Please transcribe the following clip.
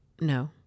No